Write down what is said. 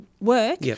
work